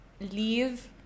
leave